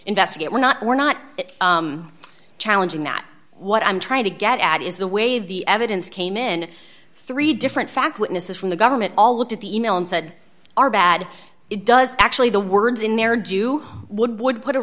investigate we're not we're not challenging that what i'm trying to get at is the way the evidence came in three different fact witnesses from the government all looked at the e mail and said are bad it does actually the words in there do would would put a